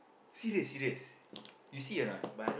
serious serious you see or not